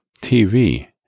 TV